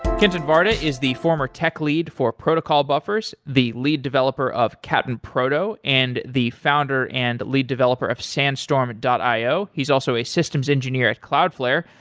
kenton varda is the former tech lead for protocol buffers, the lead developer of cap'n proto and the founder and lead developer of sandstorm io. he's also a systems engineer at cloudflare.